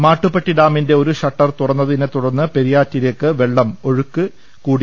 മാട്ടുപ്പെട്ടി ഡാമിന്റെ ഒരു ഷട്ടർ തുറന്നതിനെ തുടർന്ന് പെരിയാറ്റിലേക്ക് വെള്ളം ഒഴുക്ക് കൂടി